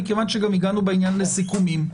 מכיוון שגם הגענו בעניין לסיכומים,